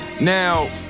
Now